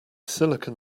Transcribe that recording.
silicon